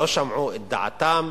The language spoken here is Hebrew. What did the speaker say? לא שמעו את דעתם,